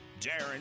Darren